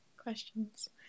questions